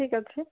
ଠିକ୍ ଅଛି